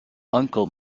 uncle